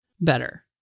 better